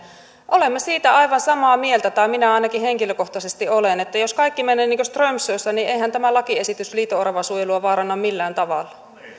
olemme siitä aivan samaa mieltä tai minä ainakin henkilökohtaisesti olen että jos kaikki menee niin kuin strömsössä niin eihän tämä lakiesitys liito oravan suojelua vaaranna millään tavalla